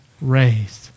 raised